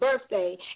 birthday